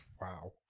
Wow